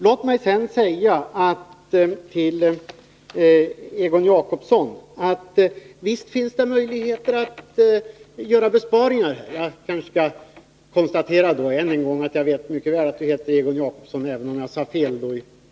Låt mig sedan säga till Egon Jacobsson att det naturligtvis finns möjligheter att göra besparingar inom ramen för de anslag som finns.